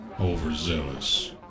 overzealous